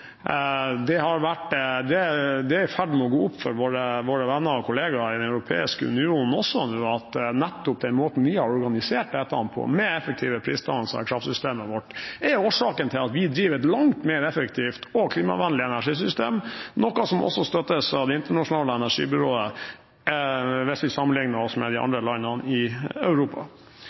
prisdannelse har vært et helt sentralt element i utviklingen av det norske kraftsystemet helt siden Eivind Reiten i 1991 endret energiloven i den retningen. Det er i ferd med å gå opp for våre venner og kollegaer i Den europeiske union også at måten vi har organisert dette på, med effektive prisdannelser i kraftsystemet vårt, er årsaken til at vi driver et langt mer effektivt og klimavennlig energisystem, noe som også støttes av Det internasjonale energibyrået, hvis vi sammenlikner oss